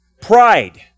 Pride